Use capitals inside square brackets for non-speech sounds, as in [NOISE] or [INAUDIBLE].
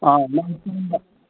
ꯑꯥ ꯅꯪ [UNINTELLIGIBLE]